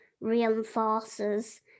reinforces